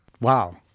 Wow